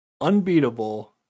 unbeatable